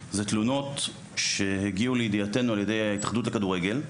הן תלונות שהגיעו לידיעתנו על ידי ההתאחדות לכדורגל.